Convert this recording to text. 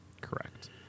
Correct